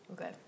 Okay